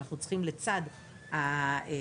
אנחנו צריכים לצד הטכנולוגיה